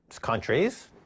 countries